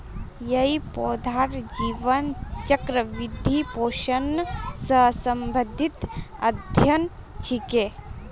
यई पौधार जीवन चक्र, वृद्धि, पोषण स संबंधित अध्ययन छिके